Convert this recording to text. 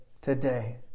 today